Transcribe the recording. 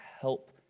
help